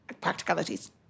practicalities